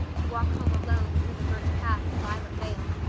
to walk home alone through the birch path and violet vale,